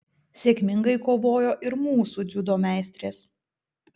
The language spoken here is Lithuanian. sėkmingai kovojo ir mūsų dziudo meistrės